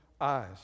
eyes